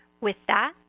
with that,